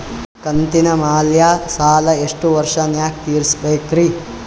ಕಂತಿನ ಮ್ಯಾಲ ಸಾಲಾ ಎಷ್ಟ ವರ್ಷ ನ್ಯಾಗ ತೀರಸ ಬೇಕ್ರಿ?